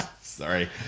Sorry